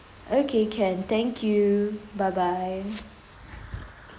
okay can thank you bye bye